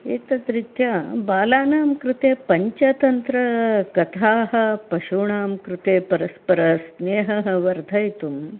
एतद्रीत्या बालानां कृते पञ्चतन्त्रकथाः पशूनां कृते परस्परस्नेहः वर्धयितुं